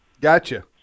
Gotcha